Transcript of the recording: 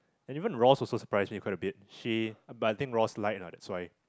and even Ross also surprised me quite a bit she but I think Ross like lah that's why